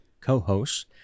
co-hosts